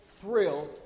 thrilled